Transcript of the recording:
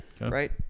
right